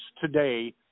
today